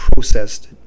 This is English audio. processed